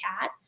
cat